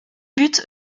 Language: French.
buts